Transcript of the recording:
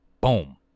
boom